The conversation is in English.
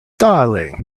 darling